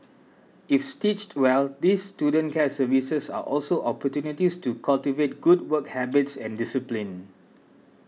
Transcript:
if stitched well these student care services are also opportunities to cultivate good work habits and discipline